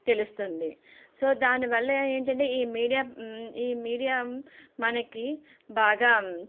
తెలుస్తుంది సో దానివల్ల ఏంటంటే ఈ మీడియా ఈ మీడియా మనకి బాగా